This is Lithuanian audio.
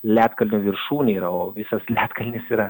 ledkalnio viršūnė yra o visas ledkalnis yra